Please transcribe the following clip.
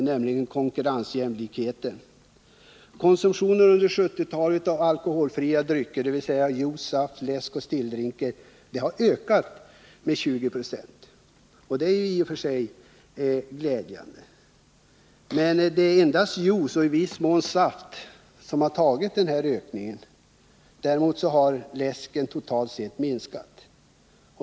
Under 1970-talet har konsumtionen av alkoholfria drycker, dvs. juice, saft, läsk och stilldrinkar, ökat med 20 20. Det är i och för sig glädjande, men det är endast juice och i viss mån saft som verkligen har ökat. Konsumtionen av läsk har totalt sett minskat.